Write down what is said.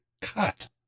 cut